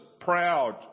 proud